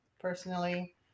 personally